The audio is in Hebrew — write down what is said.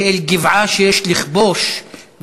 כאל גבעה שיש לכבוש,